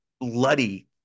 bloody